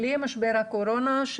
בלי משבר הקורונה,